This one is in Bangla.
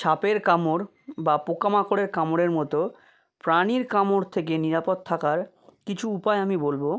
সাপের কামড় বা পোকা মাকড়ের কামড়ের মতো প্রাণীর কামড় থেকে নিরাপদ থাকার কিছু উপায় আমি বলবো